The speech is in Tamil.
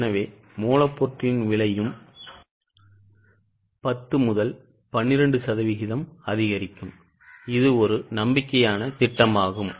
எனவே மூலப்பொருட்களின் விலையும் 10 முதல் 12 சதவிகிதம் அதிகரிக்கும் இது ஒரு நம்பிக்கையான திட்டமாகும்